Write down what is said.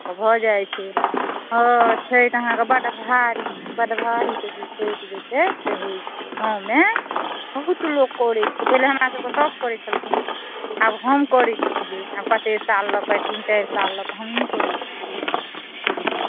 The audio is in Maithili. तऽ भए जाइत छै हँ छठि अहाँकेँ बड भारी बड भारी जे कहए छै छठि जे छै से होइ छै गाँवमे बहुत लोक करए छै पहिने हमरा सभके साउस करए छलखिन आब हम करए छिऐ आब कते साल लएके तीन चारि साल लए कऽ हमहुँ करए छिऐ छठि